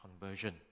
conversion